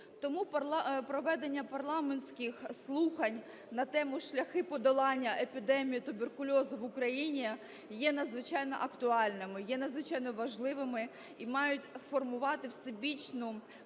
Тому проведення парламентських слухань на тему "Шляхи подолання епідемії туберкульозу в Україні" є надзвичайно актуальними, є надзвичайно важливими і мають сформувати всебічне